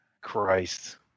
Christ